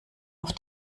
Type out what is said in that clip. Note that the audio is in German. auf